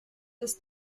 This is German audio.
ist